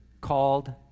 called